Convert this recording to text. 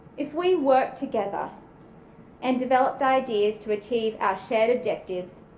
if we work together and developed ideas to achieve our shared objectives,